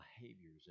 behaviors